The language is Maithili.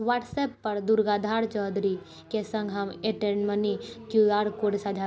व्हाट्सअप पर दुर्गाधर चौधरी के सङ्ग हमर एयरटेल मनी के क्यू आर कोड साझा करू